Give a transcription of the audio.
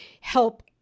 help